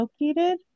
located